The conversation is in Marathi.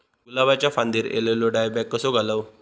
गुलाबाच्या फांदिर एलेलो डायबॅक कसो घालवं?